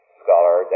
scholar